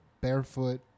barefoot